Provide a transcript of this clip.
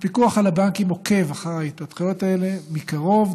הפיקוח על הבנקים עוקב אחר ההתפתחויות האלה מקרוב,